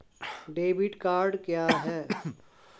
Debit card क्या है?